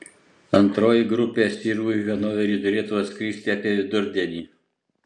antroji grupė sirų į hanoverį turėtų atskristi apie vidurdienį